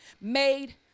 made